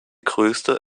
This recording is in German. größte